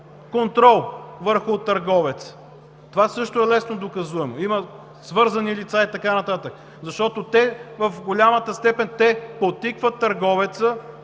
контрол върху търговец – това също е лесно доказуемо, има свързани лица и така нататък, защото в голяма степен те подтикват търговеца